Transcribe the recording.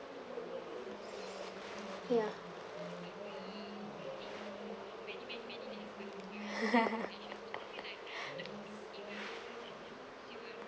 ya